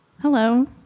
Hello